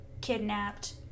kidnapped